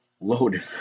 loaded